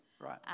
Right